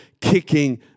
kicking